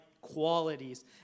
qualities